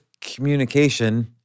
communication